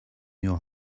your